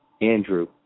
Andrew